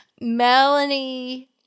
Melanie